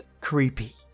creepy